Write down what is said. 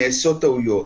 נעשות טעויות.